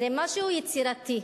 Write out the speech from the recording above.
זה משהו יצירתי.